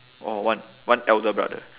orh one one elder brother